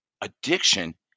addiction